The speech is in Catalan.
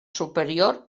superior